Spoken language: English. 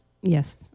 Yes